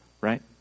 right